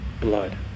blood